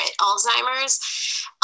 alzheimer's